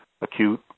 acute